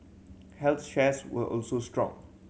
health shares were also strong